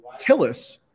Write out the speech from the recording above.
tillis